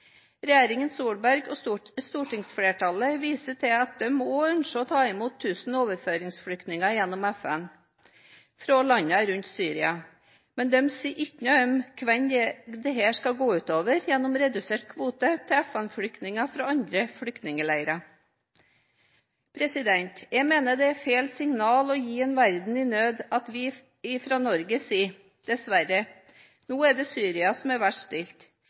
Regjeringen Solberg og stortingsflertallet viser til at de også ønsker å ta imot 1 000 overføringsflyktninger gjennom FN fra landene rundt Syria, men de sier ikke noe om hvem dette skal gå ut over, gjennom redusert kvote for FN-flyktninger fra andre flyktningleirer. Jeg mener det er feil signal å gi en verden i nød, når vi fra Norge sier at dessverre, nå er det Syria som